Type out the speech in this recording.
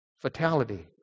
fatality